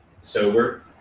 sober